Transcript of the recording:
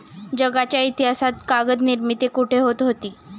जगाच्या इतिहासात कागद निर्मिती कुठे होत होती?